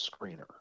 screener